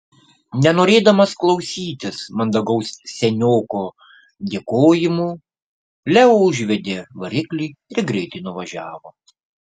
nenorėdamas klausytis mandagaus senioko dėkojimų leo užvedė variklį ir greitai nuvažiavo